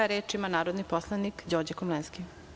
Reč ima narodni poslanik Đorđe Komlenski.